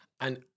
And-